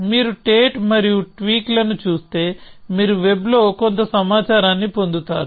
మీరు టేట్ మరియు ట్వీక్ లను చూస్తే మీరు వెబ్ లో కొంత సమాచారాన్ని పొందుతారు